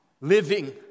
living